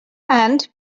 and